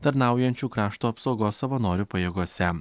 tarnaujančių krašto apsaugos savanorių pajėgose